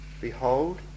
Behold